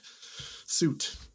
suit